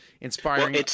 inspiring